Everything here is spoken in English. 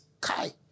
Kai